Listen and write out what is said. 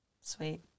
Sweet